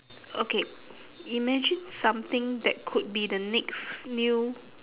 okay imagine something that could be the next new